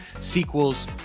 sequels